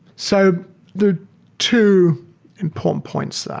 so the two important points there,